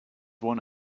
were